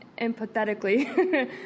empathetically